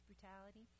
brutality